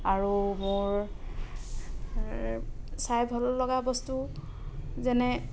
আৰু মোৰ চাই ভাল লগা বস্তু যেনে